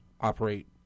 operate